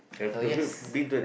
no yes